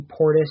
Portis